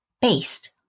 based